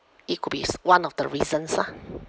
it could be s~ one of the reasons ah